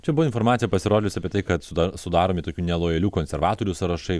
čia buvo informacija pasirodžius apie tai kad suda sudaromi tokių nelojalių konservatorių sąrašai